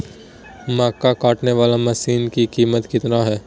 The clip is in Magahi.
मक्का कटने बाला मसीन का कीमत कितना है?